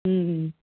ಹ್ಞೂ ಹ್ಞೂ